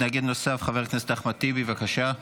מתנגד נוסף חבר הכנסת אחמד טיבי, בבקשה.